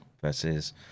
versus